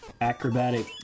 acrobatic